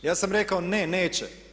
Ja sam rekao ne, neće.